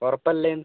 ഉറപ്പല്ലേയെന്ന്